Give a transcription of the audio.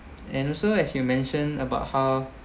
and also as you mentioned about how